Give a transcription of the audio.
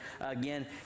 Again